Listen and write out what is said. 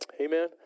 Amen